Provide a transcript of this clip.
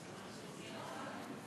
החמרת ענישה),